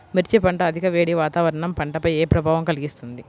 మిర్చి పంట అధిక వేడి వాతావరణం పంటపై ఏ ప్రభావం కలిగిస్తుంది?